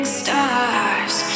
stars